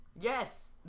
Yes